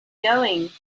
going